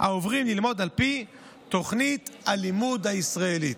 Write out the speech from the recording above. העוברים ללמוד על פי תוכנית הלימוד הישראלית.